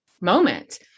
moment